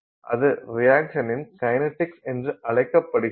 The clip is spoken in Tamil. அது ரியாக்சனின் கைனடிக்ஸ் என்று அழைக்கப்படுகிறது